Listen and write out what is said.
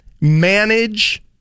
manage